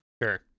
Sure